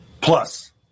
Plus